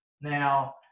now